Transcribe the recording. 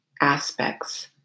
aspects